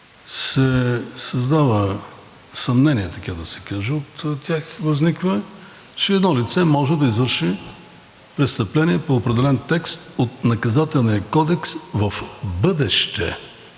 се създава съмнение, така да се каже, от тях възниква, че едно лице може да извърши престъпление по определен текст от Наказателния кодекс в бъдеще.